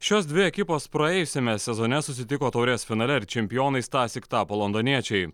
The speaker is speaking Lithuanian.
šios dvi ekipos praėjusiame sezone susitiko taurės finale ir čempionais tąsyk tapo londoniečiai